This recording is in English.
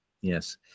yes